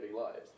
lives